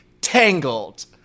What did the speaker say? tangled